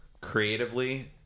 creatively